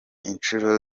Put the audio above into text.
inshuro